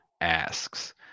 asks